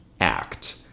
act